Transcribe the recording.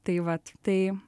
tai vat tai